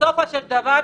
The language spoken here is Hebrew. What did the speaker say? בסופו של דבר,